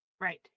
right